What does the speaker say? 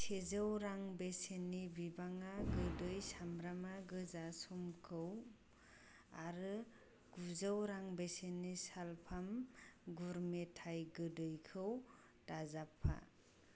सेजौ रां बेसेननि वीबा गोदै सामब्राम गोजानि ससखौ आरो गुजौ रां बेसेननि स्लार्प फार्म गुर मेथाइ गुन्दैखौ दाजाबफा